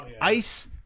ice